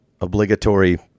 obligatory